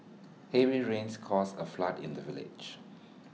heavy rains caused A flood in the village